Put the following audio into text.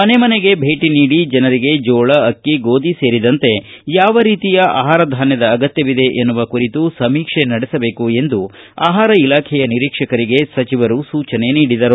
ಮನೆ ಮನೆಗೆ ಭೇಟಿ ನೀಡಿ ಜನರಿಗೆ ಜೋಳ ಆಕ್ಕಿ ಗೋದಿ ಸೇರಿದಂತೆ ಯಾವ ರೀತಿಯ ಆಹಾರ ಧಾನ್ಯ ಅಗತ್ಯವಿದೆ ಎನ್ನುವ ಕುರಿತು ಸಮೀಕ್ಷೆ ನಡೆಸಬೇಕು ಎಂದು ಆಹಾರ ಇಲಾಖೆಯ ನಿರೀಕ್ಷಕರಿಗೆ ಸಚಿವರು ಸೂಚನೆ ನೀಡಿದರು